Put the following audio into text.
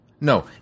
No